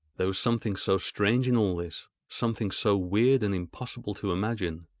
there was something so strange in all this, something so weird and impossible to imagine,